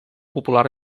popular